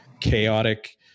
chaotic